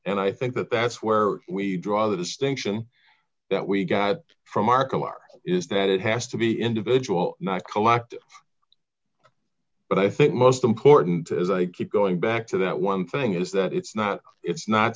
and i think that that's where we draw the distinction that we got from mark o'mara is that it has to be individual not collect but i think most important as i keep going back to that one thing is that it's not it's not